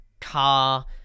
car